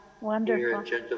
wonderful